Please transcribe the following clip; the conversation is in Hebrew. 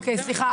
אוקיי סליחה,